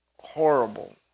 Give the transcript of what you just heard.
horrible